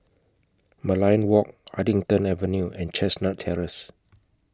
Merlion Walk Huddington Avenue and Chestnut Terrace